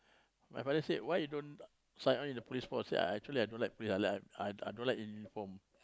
my father say why you don't sign on in the Police Force I say I actually don't like police I don't like in uniform